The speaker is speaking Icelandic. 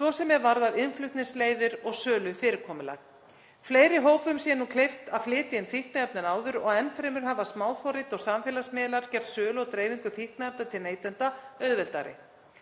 svo sem er varðar innflutningsleiðir og sölufyrirkomulag, fleiri hópum sé nú kleift að flytja inn fíkniefni en áður og enn fremur hafa smáforrit og samfélagsmiðlar gert sölu og dreifingu fíkniefna til neytenda auðveldari.